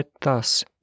thus